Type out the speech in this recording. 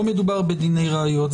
לא מדובר בדיני ראיות,